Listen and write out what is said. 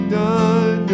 done